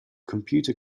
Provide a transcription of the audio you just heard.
computer